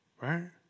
Right